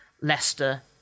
Leicester